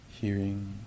hearing